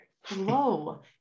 Hello